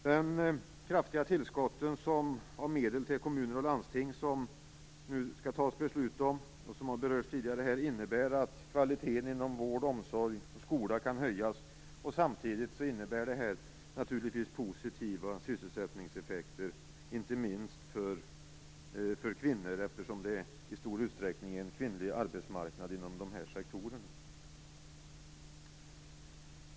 Det kraftiga tillskott av medel till kommun och landsting som det nu skall fattas beslut om innebär att kvaliteten inom vård, omsorg och skola kan höjas. Samtidigt innebär det naturligtvis positiva sysselsättningseffekter, inte minst för kvinnor eftersom det i stor utsträckning är en kvinnlig arbetsmarknad inom de här sektorerna.